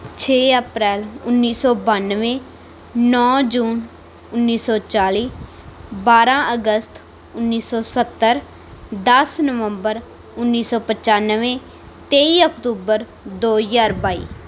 ਛੇ ਅਪ੍ਰੈਲ ਉੱਨੀ ਸੌ ਬਾਨਵੇਂ ਨੌਂ ਜੂਨ ਉੱਨੀ ਸੌ ਚਾਲੀ ਬਾਰਾਂ ਅਗਸਤ ਉੱਨੀ ਸੌ ਸੱਤਰ ਦਸ ਨਵੰਬਰ ਉੱਨੀ ਸੌ ਪਚਾਨਵੇਂ ਤੇਈ ਅਕਤੂਬਰ ਦੋ ਹਜ਼ਾਰ ਬਾਈ